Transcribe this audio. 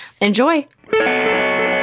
Enjoy